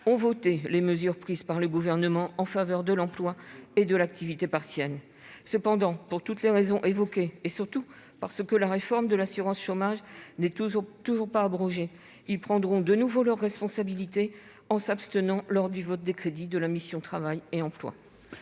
ont voté les mesures prises par le Gouvernement en faveur de l'emploi et de l'activité partielle. Toutefois, pour toutes les raisons évoquées, et surtout parce que la réforme de l'assurance chômage n'est toujours pas abrogée, ils prendront de nouveau leurs responsabilités en s'abstenant lors du vote des crédits de la mission « Travail et emploi